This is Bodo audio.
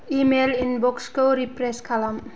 इमेइल इंबक्स खौ रिफ्रेस खालाम